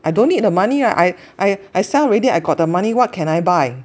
I don't need the money right I I I sell already I got the money what can I buy